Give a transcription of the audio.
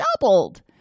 Doubled